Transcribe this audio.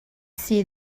see